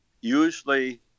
Usually